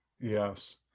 Yes